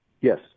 Yes